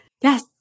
Yes